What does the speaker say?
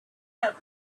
have